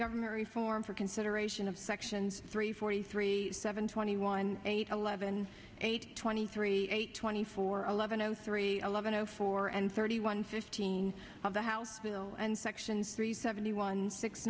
government reform for consideration of sections three forty three seven twenty one eight eleven eight twenty three eight twenty four eleven zero three eleven zero four and thirty one fifteen of the house bill and sections three seventy one six